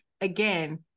again